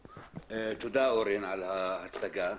תודה אורן על הצגת הדברים.